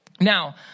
Now